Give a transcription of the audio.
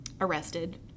arrested